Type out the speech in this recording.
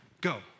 Go